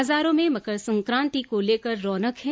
बाजारों में मकर संक्रांति को लेकर रोनक है